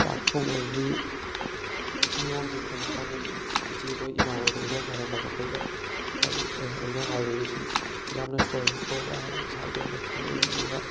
ꯆꯥꯛꯊꯣꯡꯕꯒꯤ ꯅꯤꯌꯣꯝꯁꯦ ꯈꯪꯉꯀꯥꯟꯗꯗꯤ ꯏꯆꯦꯈꯣꯏ ꯏꯃꯥꯈꯣꯏꯗ ꯑꯩꯅ ꯍꯥꯏꯔꯝꯕ ꯃꯈꯩꯗꯣ ꯍꯥꯏꯕꯗꯤ ꯑꯦ ꯑꯩꯅ ꯍꯥꯏꯔꯨꯔꯤꯁꯤ ꯌꯥꯝꯅ ꯁꯣꯏꯈꯤꯀꯣꯒꯥꯏ ꯏꯁꯥ ꯏꯇꯣꯝꯇ ꯈꯪꯉꯛꯏ ꯑꯗꯨꯒ